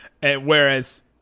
Whereas